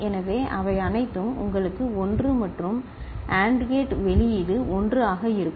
எனவே அவை அனைத்தும் உங்களுக்கு 1 மற்றும் AND கேட் வெளியீடு 1 ஆக இருக்கும்